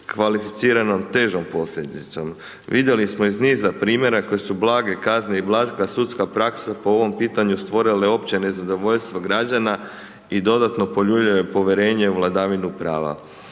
kvalificiranom težom posljedicom. Vidjeli smo iz niza primjera koje su blage kazne i blaga sudska praksa po ovom pitanju stvorile opće nezadovoljstvo građana i dodatno poljuljale povjerenje u vladavinu prava.